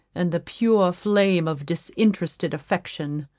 and the pure flame of disinterested affection.